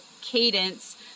cadence